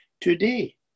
Today